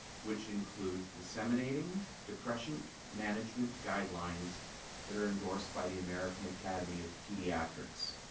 which includes disseminating depression management guidelines that are endorsed by the american academy of pediatrics.